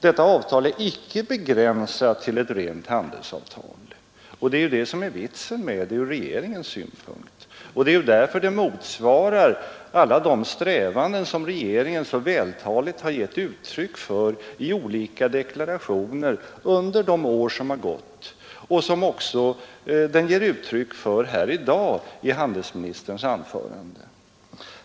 Detta avtal är icke begränsat till att vara ett rent handelsavtal, och det är vitsen med avtalet ur regeringens synpunkt. Det är därför avtalet motsvarar alla de strävanden som regeringen så vältaligt har givit uttryck för i olika deklarationer under de år som har gått och som den också givit uttryck för här i dag i handelsministerns anförande.